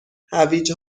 هویج